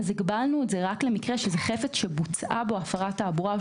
הגבלנו את זה רק למקרה שזה חפץ שבוצעה בו עבירת תעבורה,